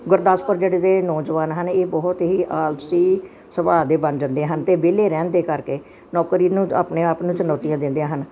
ਗੁਰਦਾਸਪੁਰ ਜਿਲੇ ਦੇ ਨੌਜਵਾਨ ਹਨ ਇਹ ਬਹੁਤ ਹੀ ਆਲਸੀ ਸੁਭਾਅ ਦੇ ਬਣ ਜਾਂਦੇ ਹਨ ਤੇ ਵਿਹਲੇ ਰਹਿਣ ਦੇ ਕਰਕੇ ਨੌਕਰੀ ਨੂੰ ਆਪਣੇ ਆਪ ਨੂੰ ਚੁਣੌਤੀਆਂ ਦਿੰਦੇ ਹਨ